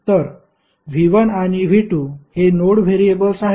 तर V1 आणि V2 हे नोड व्हेरिएबल्स आहेत